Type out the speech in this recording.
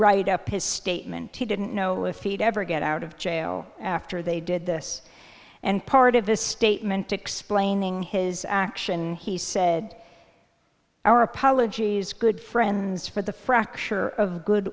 write up his statement he didn't know if he'd ever get out of jail after they did this and part of his statement explaining his action he said our apologies good friends for the fracture of good